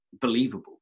believable